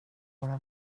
våra